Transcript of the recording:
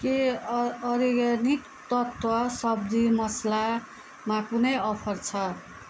के अ अर्ग्यानिक तत्त्व सब्जी मसालामा कुनै अफर छ